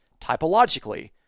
typologically